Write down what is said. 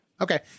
Okay